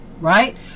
right